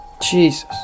Jesus